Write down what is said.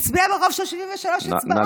הצביע ברוב של 73 אצבעות.